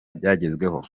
byagezweho